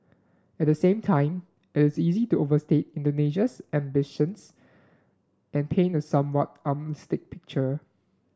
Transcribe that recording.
at the same time it is easy to overstate Indonesia's ambitions and paint a somewhat alarmist picture